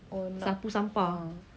oh nak ah